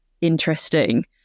interesting